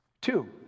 Two